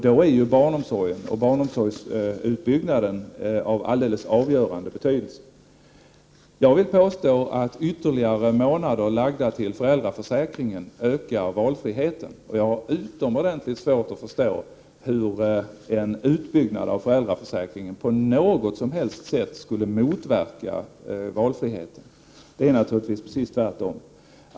Då är barnomsorgen och barnomsorgsutbyggnaden av alldeles avgörande betydelse. Jag vill påstå att ytterligare månader lagda till föräldraförsäkringen ökar valfriheten. Jag har utomordentligt svårt att förstå hur en utbyggnad av föräldraförsäkringen på något som helst sätt skulle motverka valfriheten. Det är naturligtvis precis tvärtom.